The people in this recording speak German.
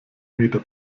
meter